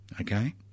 Okay